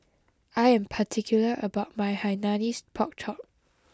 I am particular about my Hainanese Pork Chop